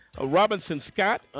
Robinson-Scott